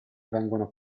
vengono